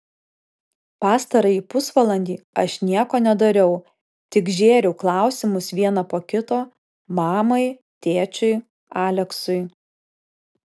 pastarąjį pusvalandį aš nieko nedariau tik žėriau klausimus vieną po kito mamai tėčiui aleksui